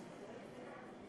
העולם.